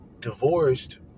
divorced